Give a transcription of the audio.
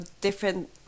different